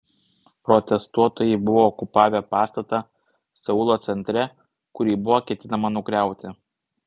protestuotojai buvo okupavę pastatą seulo centre kurį buvo ketinama nugriauti